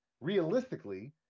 realistically